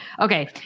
okay